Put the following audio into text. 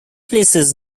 places